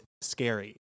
scary